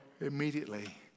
immediately